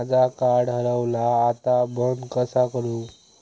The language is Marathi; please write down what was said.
माझा कार्ड हरवला आता बंद कसा करू?